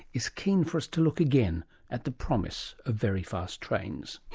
is keen for us to look again at the promise of very fast trains